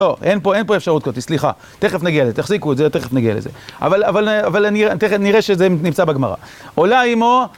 לא, אין פה אפשרות כזאת, סליחה, תכף נגיע לזה, תחזיקו את זה, תכף נגיע לזה. אבל תכף נראה שזה נמצא בגמרא. עולה אמו...